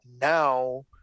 now